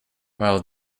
while